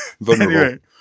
Vulnerable